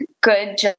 Good